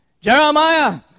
Jeremiah